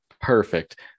Perfect